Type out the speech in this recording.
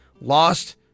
lost